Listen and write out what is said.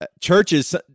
churches